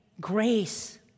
grace